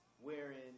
wherein